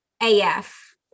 AF